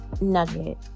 nugget